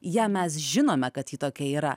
ją mes žinome kad ji tokia yra